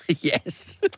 Yes